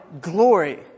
glory